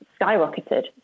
skyrocketed